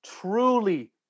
truly